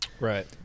Right